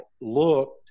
looked